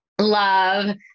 Love